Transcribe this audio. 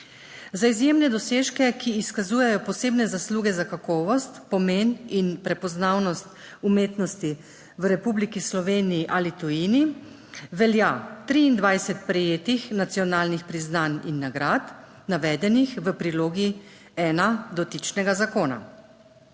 Za izjemne dosežke, ki izkazujejo posebne zasluge za kakovost, pomen in prepoznavnost umetnosti v Republiki Sloveniji ali tujini velja 23 prejetih nacionalnih priznanj in nagrad, navedenih v prilogi ena dotičnega zakona.